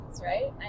right